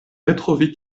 retrovi